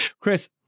Chris